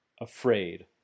afraid